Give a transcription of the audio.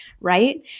right